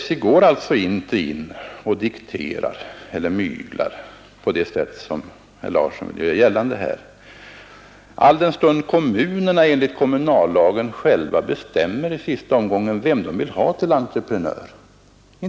SJ går inte in och dikterar villkor eller myglar på det sätt som herr Larsson i Borrby vill göra gällande, alldenstund kommunerna enligt kommunallagen själva bestämmer vem de vill ha till entreprenör.